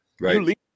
Right